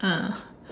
ah